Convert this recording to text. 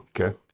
Okay